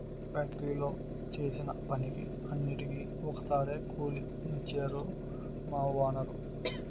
ఫ్యాక్టరీలో చేసిన పనికి అన్నిటికీ ఒక్కసారే కూలి నిచ్చేరు మా వోనరు